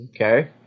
Okay